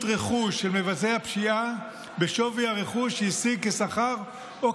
רכוש של מבצע הפשיעה בשווי הרכוש שהשיג כשכר או